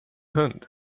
hund